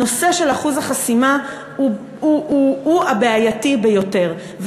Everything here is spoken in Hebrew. הנושא של אחוז החסימה הוא הבעייתי ביותר.